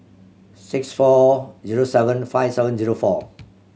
six four zero seven five seven zero four